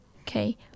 Okay